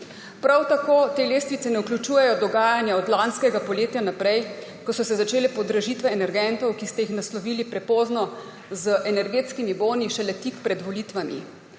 Prav tako te lestvice ne vključujejo dogajanja od lanskega poletja naprej, ko so se začele podražitve energentov, ki ste jih naslovili prepozno, z energetskimi boni šele tik pred volitvami.